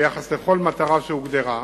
אלא ביחס לכל מטרה שהוגדרה,